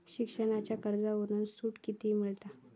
शिक्षणाच्या कर्जावर सूट किती मिळात?